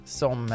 som